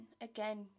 Again